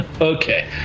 Okay